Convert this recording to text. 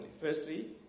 Firstly